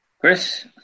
Chris